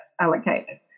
allocated